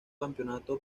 campeonato